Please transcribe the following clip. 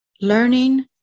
Learning